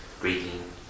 breathing